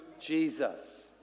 Jesus